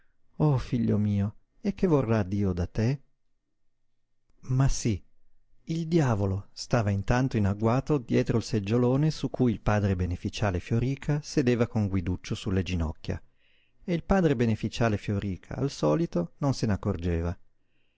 oh figlio mio e che vorrà dio da te ma sí il diavolo stava intanto in agguato dietro il seggiolone su cui il padre beneficiale fioríca sedeva con guiduccio sulle ginocchia e il padre beneficiale fioríca al solito non se n'accorgeva